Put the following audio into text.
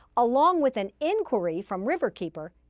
along with an inquiry from riverkeeper,